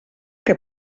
que